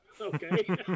Okay